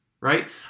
right